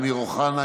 אמיר אוחנה,